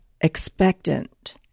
expectant